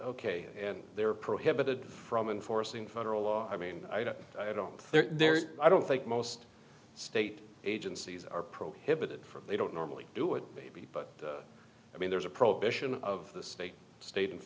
ok and they're prohibited from enforcing federal law i mean i don't there i don't think most state agencies are prohibited from they don't normally do it maybe but i mean there's a prohibition of the state state